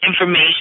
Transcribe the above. Information